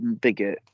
bigger